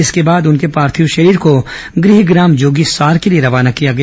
इसके बाद उनके पार्थिव शरीर को गृहग्राम जोगीसार के लिए रवाना किया गया